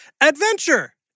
adventure